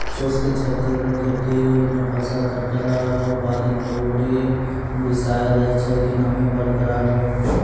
शुष्क क्षेत्र रो खेती मे फसल काटला रो बाद गभोरी बिसाय दैय छै कि नमी बरकरार रहै